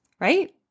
right